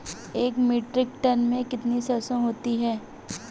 एक metric tonne में कितनी सरसों होती है?